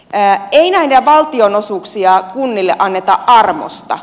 ei näitä valtionosuuksia kunnille anneta armosta